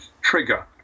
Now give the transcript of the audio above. trigger